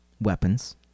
Weapons